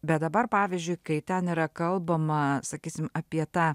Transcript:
bet dabar pavyzdžiui kai ten yra kalbama sakysim apie tą